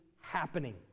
happening